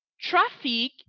traffic